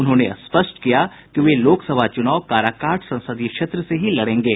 उन्होंने स्पष्ट किया कि वे लोकसभा चुनाव काराकाट संसदीय क्षेत्र से ही लड़ेंगे